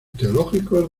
teológicos